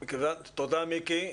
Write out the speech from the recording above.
תודה, מיקי.